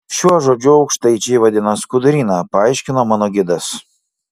šiuo žodžiu aukštaičiai vadina skuduryną paaiškino mano gidas